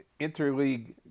interleague